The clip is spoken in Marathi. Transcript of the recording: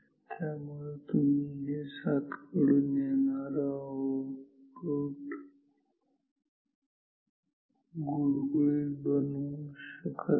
त्यामुळे तुम्ही हे 7कडून येणारं आउटपुट गुळगुळीत बनवू शकत नाही